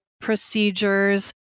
procedures